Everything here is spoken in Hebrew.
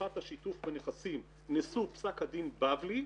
הלכת השיתוף בנכסים נשוא פסק הדין בבלי.